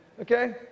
okay